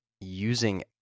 using